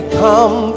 come